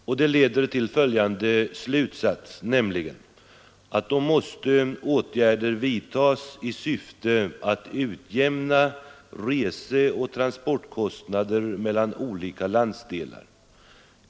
Detta leder till följande slutsats: Åtgärder måste vidtagas i syfte att utjämna reseoch transportkostnaderna mellan olika landsdelar.